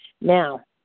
Now